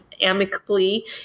amicably